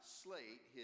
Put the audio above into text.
slate